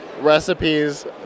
recipes